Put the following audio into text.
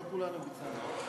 לא כולם, לא משנה.